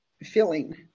feeling